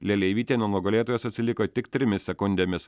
leleivytė nuo nugalėtojos atsiliko tik trimis sekundėmis